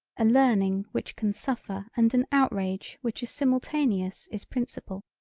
a learning which can suffer and an outrage which is simultaneous is principal.